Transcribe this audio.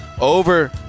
over